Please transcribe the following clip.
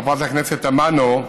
חברת הכנסת תמנו,